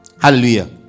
Hallelujah